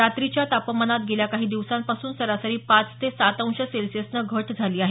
रात्रीच्या तापमानात गेल्या काही दिवसांपासून सरासरी पाच ते सात अंश सेल्सिअसनं घट झाली आहे